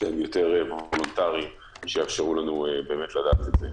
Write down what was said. שהם יותר וולונטריים, שיאפשרו לנו לדעת את זה.